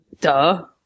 Duh